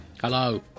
Hello